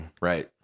Right